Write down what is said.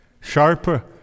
sharper